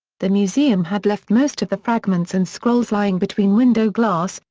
the museum had left most of the fragments and scrolls lying between window glass,